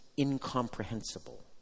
incomprehensible